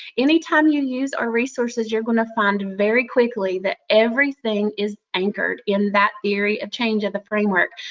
any time you use our resources, you're going to find very quickly that everything is anchored in that theory of change in the framework.